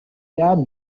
their